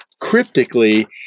cryptically